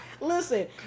listen